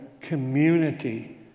community